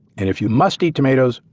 and if you must eat tomatoes,